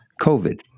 COVID